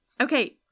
Okay